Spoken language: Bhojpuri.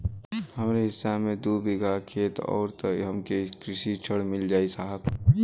हमरे हिस्सा मे दू बिगहा खेत हउए त हमके कृषि ऋण मिल जाई साहब?